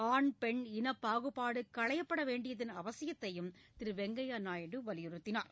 ஆண் பெண் இனப் பாகுபாடு களையப்பட வேண்டியதன் அவசியத்தையும் திரு வெங்கய்யா நாயுடு வலியுறுத்தினார்